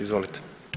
Izvolite.